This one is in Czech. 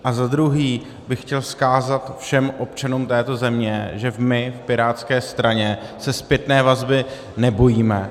A zadruhé bych chtěl vzkázat všem občanům této země, že my v pirátské straně se zpětné vazby nebojíme.